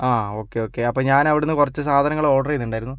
ആ okay okay അപ്പം ഞാൻ അവിടെനിന്ന് കുറച്ച് സാധനങ്ങൾ ഓർഡർ ചെയ്തിട്ടുണ്ടായിരുന്നു